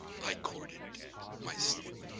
i courted my sleep.